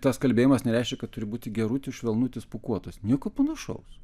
tas kalbėjimas nereiškia kad turi būti gerutis švelnutis pūkuotas nieko panašaus